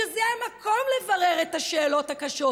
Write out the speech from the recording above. שזה המקום לברר את השאלות הקשות.